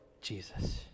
Jesus